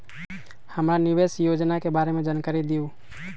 हमरा निवेस योजना के बारे में जानकारी दीउ?